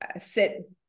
sit